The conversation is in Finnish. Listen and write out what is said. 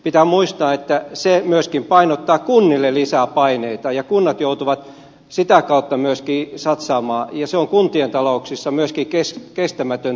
pitää muistaa että se myöskin painottaa kunnille lisää paineita ja kunnat joutuvat sitä kautta myöskin satsaamaan ja se on myöskin kuntien talouksissa kestämätön tie